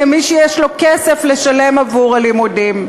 למי שיש לו כסף לשלם עבור הלימודים,